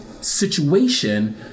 situation